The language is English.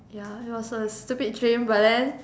ya it was a stupid dream but then